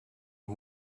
who